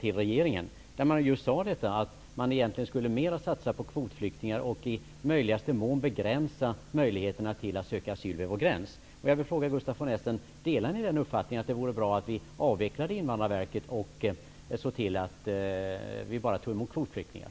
I den sades att man egentligen borde satsa mer på kvotflyktingar och i möjligaste mån begränsa möjligheterna att söka asyl vid vår gräns. Jag vill fråga Gustaf von Essen: Delar ni uppfattningen att det vore bra om vi avvecklade Invandrarverket och såg till att vi bara tog emot kvotflyktingar?